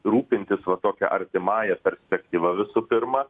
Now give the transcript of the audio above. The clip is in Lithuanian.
rūpintis va tokia artimąja perspektyva visų pirma